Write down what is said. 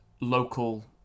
local